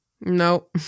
No